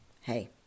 Hey